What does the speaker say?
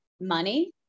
money